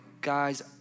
guys